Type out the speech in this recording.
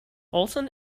olson